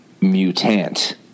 Mutant